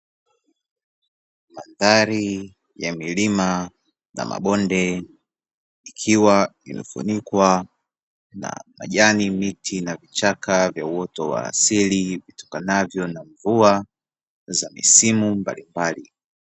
Mandhari ya milima na mabonde, ikiwa imefunikwa na majani, miti, na vichaka vya uoto wa asili, vitokanavyo na mvua za misimu mbalimbali.